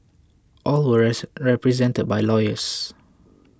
all were represented by lawyers